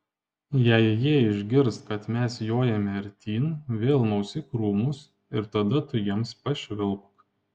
jei jie išgirs kad mes jojame artyn vėl maus į krūmus ir tada tu jiems pašvilpk